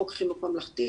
חוק חינוך ממלכתי,